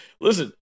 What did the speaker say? listen